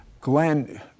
Glenn